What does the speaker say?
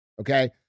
Okay